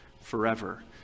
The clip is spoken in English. forever